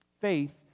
Faith